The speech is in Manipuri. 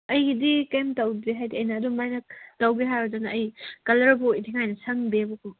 ꯑꯩꯒꯤꯗꯤ ꯀꯦꯝ ꯇꯧꯗ꯭ꯔꯤ ꯍꯥꯏꯗꯤ ꯑꯩꯒꯤꯗꯤ ꯑꯗꯨꯃꯥꯏꯅ ꯇꯧꯒꯦ ꯍꯥꯏꯔꯁꯨꯅꯦ ꯀꯂꯔ ꯐꯥꯎ ꯏꯟꯊꯤꯅꯨꯡꯉꯥꯏꯅ ꯁꯪꯗꯦꯕꯀꯣ